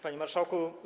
Panie Marszałku!